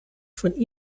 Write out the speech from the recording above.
von